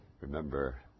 Remember